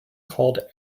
called